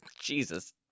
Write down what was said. Jesus